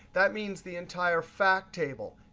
that means the entire fact table.